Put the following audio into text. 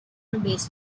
different